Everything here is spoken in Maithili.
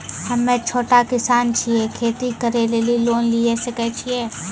हम्मे छोटा किसान छियै, खेती करे लेली लोन लिये सकय छियै?